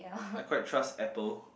I quite trust apple